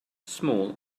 small